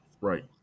right